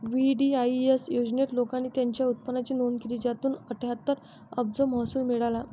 VDIS योजनेत, लोकांनी त्यांच्या उत्पन्नाची नोंद केली, ज्यातून अठ्ठ्याहत्तर अब्ज महसूल मिळाला